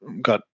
got